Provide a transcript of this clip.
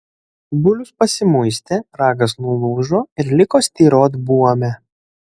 bulius pasimuistė ragas nulūžo ir liko styrot buome